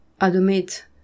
admit